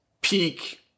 peak